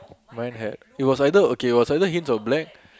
mine had it was either okay it was either hints of black